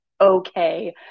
okay